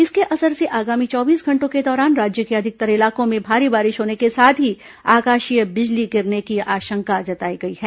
इसके असर से आगामी चौबीस घंटों के दौरान राज्य के अधिकतर इलाकों में भारी होने के साथ ही आकाशीय बिजली गिरने की आशंका जताई गई है